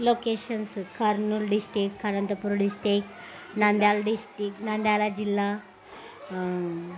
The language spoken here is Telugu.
locations Kurnool district Anantapur district Nandyal district Nandyal జిల్లా